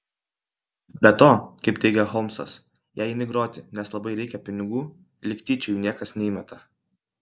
be to kaip teigia holmsas jei eini groti nes labai reikia pinigų lyg tyčia jų niekas neįmeta